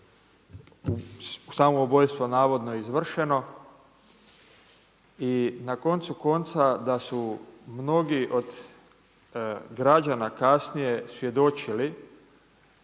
je samoubojstvo navodno izvršeno. I na koncu konca da su mnogi od građana kasnije svjedočili,